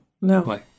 no